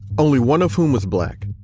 only one of whom was black,